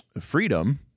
freedom